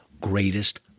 greatest